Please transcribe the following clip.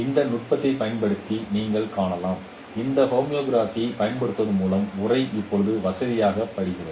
இந்த நுட்பத்தின் பயன்பாட்டை நீங்கள் காணலாம் இந்த ஹோமோகிராஃபி பயன்படுத்துவதன் மூலம் உரை இப்போது வசதியாக படிக்கப்படுகிறது